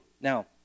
Now